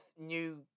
new